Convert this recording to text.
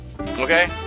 Okay